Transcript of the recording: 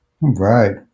right